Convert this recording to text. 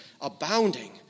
abounding